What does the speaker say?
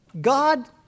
God